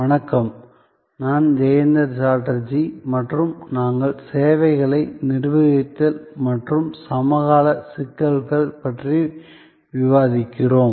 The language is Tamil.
வணக்கம் நான் ஜெயந்த சாட்டர்ஜி மற்றும் நாங்கள் சேவைகளை நிர்வகித்தல் மற்றும் சமகால சிக்கல்கள் பற்றி விவாதிக்கிறோம்